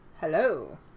Hello